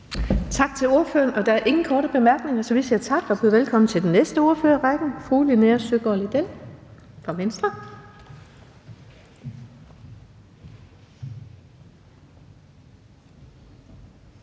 Tak til ordføreren. Der er ingen korte bemærkninger, så vi siger tak og byder velkommen til den næste ordfører i rækken, fru Linea Søgaard-Lidell fra Venstre.